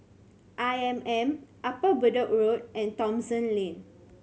I M M Upper Bedok Road and Thomson Lane